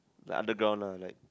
like underground lah like